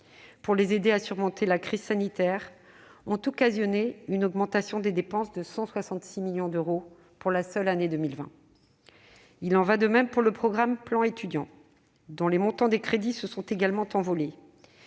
pour les aider à surmonter la crise sanitaire ont causé une augmentation des dépenses de 166 millions d'euros pour la seule année 2020. Il en va de même pour le « plan Étudiants », dont le budget s'est également envolé.